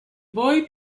boy